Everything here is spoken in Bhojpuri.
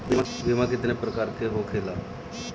बीमा केतना प्रकार के होखे ला?